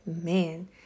man